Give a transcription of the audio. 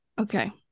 Okay